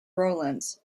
rowlands